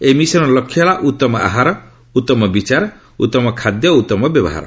ଏହି ମିଶନର ଲକ୍ଷ୍ୟ ହେଲା ଉତ୍ତମ ଆହର ଉତ୍ତମ ବିଚାର ଉତ୍ତମ ଖାଦ୍ୟ ଓ ଉତ୍ତମ ବ୍ୟବହାର